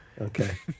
Okay